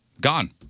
Gone